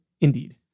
Indeed